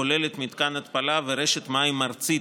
הכוללת מתקן התפלה ורשת מים ארצית